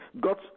got